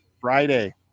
Friday